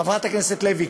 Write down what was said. חברת הכנסת לוי,